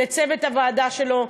לצוות הוועדה שלו,